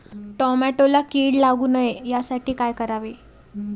टोमॅटोला कीड लागू नये यासाठी काय करावे?